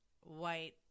white